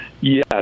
Yes